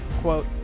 quote